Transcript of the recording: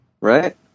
Right